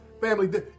Family